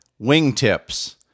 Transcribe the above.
Wingtips